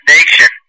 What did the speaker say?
Nation